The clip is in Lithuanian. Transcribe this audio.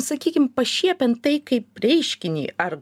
sakykim pašiepian tai kaip reiškinį ar